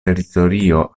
teritorio